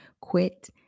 quit